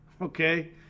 Okay